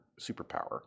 superpower